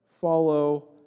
follow